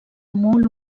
molt